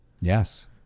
yes